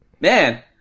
Man